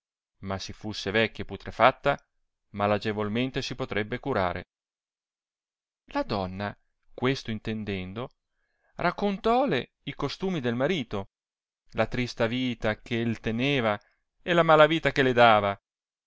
ma si fusse vecchia e putrefatta malagevolmente si potrebbe curare la donna questo intendendo racontòle i costumi del marito la trista vita che teneva e la mala vita che le dava